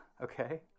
okay